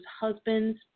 husbands